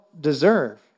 deserve